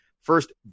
First